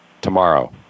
tomorrow